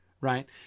right